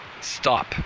stop